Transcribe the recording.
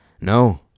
No